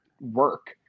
work